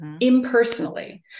impersonally